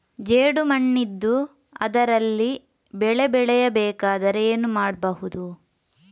ಜೇಡು ಮಣ್ಣಿದ್ದು ಅದರಲ್ಲಿ ಬೆಳೆ ಬೆಳೆಯಬೇಕಾದರೆ ಏನು ಮಾಡ್ಬಹುದು?